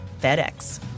FedEx